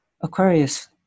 Aquarius